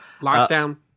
lockdown